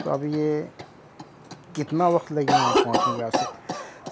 تو اب یہ کتنا وقت لگے گا وہاں پہنچیں گے یہاں سے